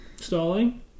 stalling